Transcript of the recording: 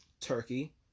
Turkey